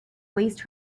waste